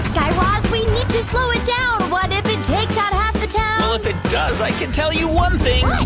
guy raz, we need to slow it down. what if it takes out half the town? well, if it does, i can tell you one thing